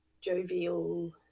jovial